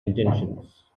intentions